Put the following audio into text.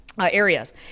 areas